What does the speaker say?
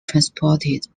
transported